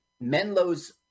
Menlo's